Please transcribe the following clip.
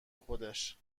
خودش